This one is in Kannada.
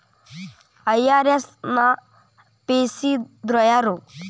ಐ.ಆರ್.ಎಸ್ ನ ಸ್ಥಾಪಿಸಿದೊರ್ಯಾರು?